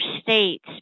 states